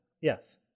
Yes